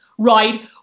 right